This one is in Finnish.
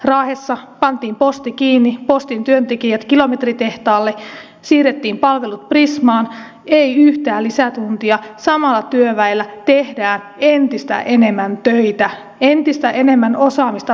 raahessa pantiin posti kiinni postin työntekijät kilometritehtaalle siirrettiin palvelut prismaan ei yhtään lisätuntia samalla työväellä tehdään entistä enemmän töitä entistä enemmän osaamista vaaditaan